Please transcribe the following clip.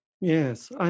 Yes